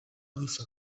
nicht